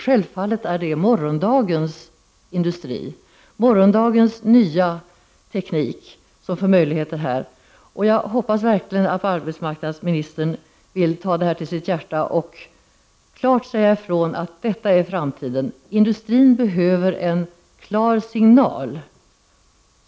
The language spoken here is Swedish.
Detta är självfallet morgondagens industri och morgondagens teknik som nu får nya möjligheter. Jag hoppas verkligen att arbetsmarknadsministern vill ta detta till sitt hjärta och klart säga ifrån att detta är framtiden. Industrin behöver en tydlig signal.